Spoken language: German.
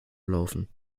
laufen